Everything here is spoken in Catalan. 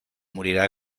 morirà